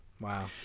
Wow